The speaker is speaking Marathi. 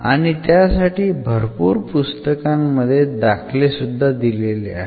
आणि त्यासाठी भरपूर पुस्तकांमध्ये दाखले सुद्धा दिलेले आहेत